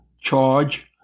Charge